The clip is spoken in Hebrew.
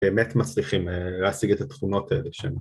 באמת מצליחים להשיג את התכונות האלה שהן